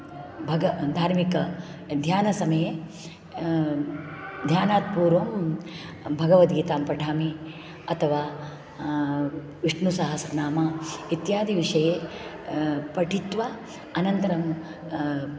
भग धार्मिक ध्यानसमये ध्यानात् पूर्वं भगवद्गीतां पठामि अथवा विष्णुसहस्रनाम इत्यादिविषये पठित्वा अनन्तरं